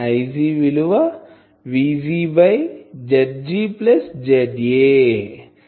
Ig విలువ Vg by Zg plus ZA